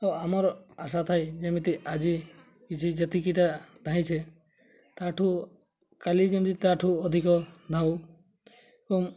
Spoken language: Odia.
ତ ଆମର ଆଶା ଥାଏ ଯେମିତି ଆଜି କିଛି ଯେତିକିଟା ଧାଇଁଛେ ତାଠୁ କାଲି ଯେମିତି ତାଠୁ ଅଧିକ ଧାଉଁ ଏବଂ